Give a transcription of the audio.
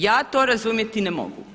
Ja to razumjeti ne mogu.